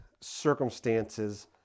circumstances